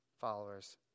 followers